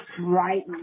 right